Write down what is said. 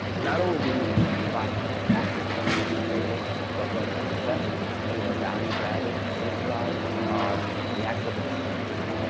not only do we provide access to tools and training but one of the best you know values added that we provide. are the access to the community.